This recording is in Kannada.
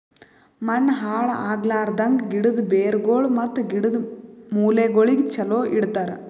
ಮಣ್ಣ ಹಾಳ್ ಆಗ್ಲಾರ್ದಂಗ್, ಗಿಡದ್ ಬೇರಗೊಳ್ ಮತ್ತ ಗಿಡದ್ ಮೂಲೆಗೊಳಿಗ್ ಚಲೋ ಇಡತರ್